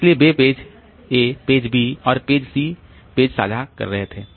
इसलिए वे page A page B और पेज C पेज साझा कर रहे थे